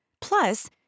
plus